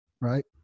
right